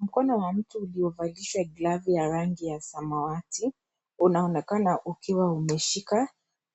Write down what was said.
Mkono wa mtu uliovalisha glavu ya rangi ya samawati unaonekana ukiwa umeshika